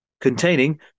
containing